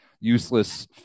useless